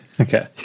Okay